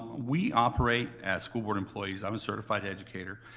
we operate as school board employees. i'm a certified educator.